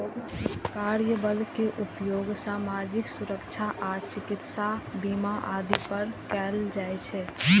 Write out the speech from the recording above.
कार्यबल कर के उपयोग सामाजिक सुरक्षा आ चिकित्सा बीमा आदि पर कैल जाइ छै